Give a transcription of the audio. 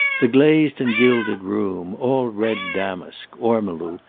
the glazed and gilded room, all red damask, ormolu,